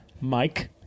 Mike